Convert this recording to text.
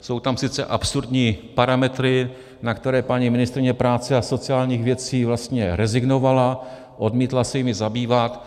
Jsou tam sice absurdní parametry, na které paní ministryně práce a sociálních věcí vlastně rezignovala, odmítla se jimi zabývat.